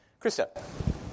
Krista